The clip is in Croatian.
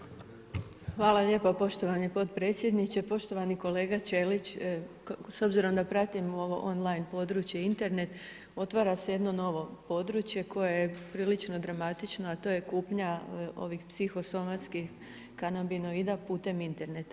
Hvala lijepo poštovani potpredsjedniče, poštovani kolega Ćelić, s obzirom da pratim on line područje Internet, otvara se jedno novo područje, koje je poprilično dramatično, a to je kupnja ovih psiho somatskih kanabinoida putem interneta.